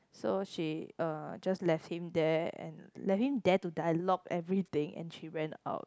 so she uh just left him there and left him there to dialogue everything and she went out